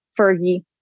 Fergie